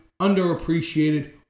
underappreciated